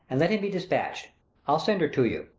and let him be dispatch'd i'll send her to you.